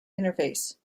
interface